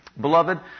Beloved